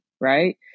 right